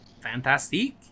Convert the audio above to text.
Fantastic